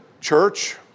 Church